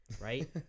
right